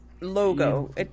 logo